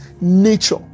nature